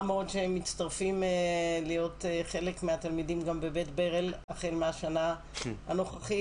מאוד שהם מצטרפים להיות חלק מהתלמידים גם בבית ברל החל מהשנה הנוכחית.